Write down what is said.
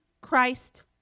Christ